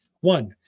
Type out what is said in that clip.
One